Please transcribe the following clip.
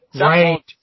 Right